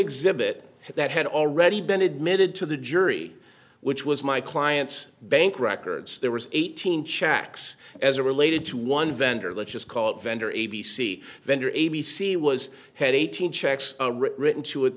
exhibit that had already been admitted to the jury which was my client's bank records there was eighteen checks as a related to one vendor let's just call it vendor a b c vendor a b c was had eighteen checks written to it